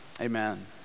amen